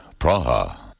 Praha